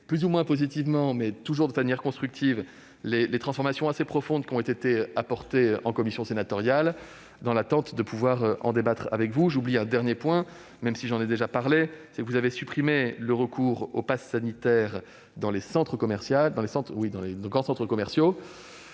plus ou moins positivement, mais toujours de manière constructive, les transformations profondes apportées en commission sénatoriale, dans l'attente de pouvoir en débattre avec vous. J'oublie un dernier point : vous avez supprimé le recours au passe sanitaire dans les grands centres commerciaux,